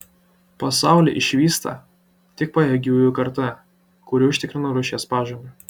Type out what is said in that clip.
pasaulį išvysta tik pajėgiųjų karta kuri užtikrina rūšies pažangą